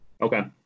Okay